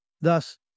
Thus